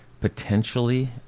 potentially